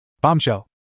Bombshell